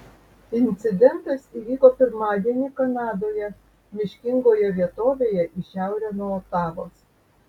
incidentas įvyko pirmadienį kanadoje miškingoje vietovėje į šiaurę nuo otavos